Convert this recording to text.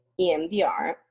EMDR